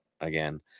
again